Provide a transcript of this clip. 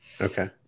Okay